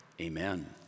Amen